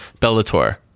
Bellator